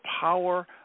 power